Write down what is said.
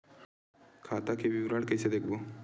खाता के विवरण कइसे देखबो?